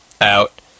out